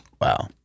Wow